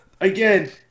Again